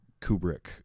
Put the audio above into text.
Kubrick